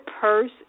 purse